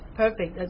perfect